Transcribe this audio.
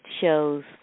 shows